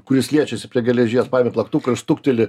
kuris liečiasi prie geležies paimi plaktuką ir stukteli